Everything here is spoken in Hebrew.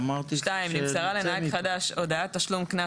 "(2)נמסרה לנהג חדש הודעת תשלום קנס